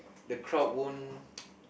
the crowd won't